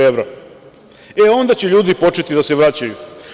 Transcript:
E, onda će ljudi početi da se vraćaju.